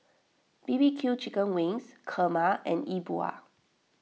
B B Q Chicken Wings Kurma and Yi Bua